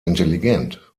intelligent